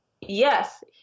yes